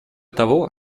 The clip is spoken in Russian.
того